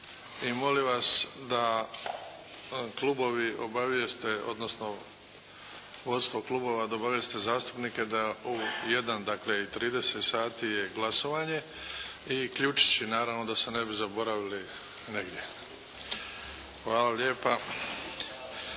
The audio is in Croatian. i molim vas da klubovi obavijeste, odnosno vodstvo klubova da obavijeste zastupnike da u jedan dakle i trideset sati je glasovanje i ključići naravno da se ne bi zaboravili negdje. Hvala lijepa.